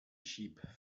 sheep